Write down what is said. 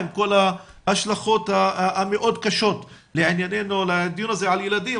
עם כל ההשלכות המאוד קשות לענייננו לדיון הזה על ילדים,